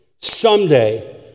someday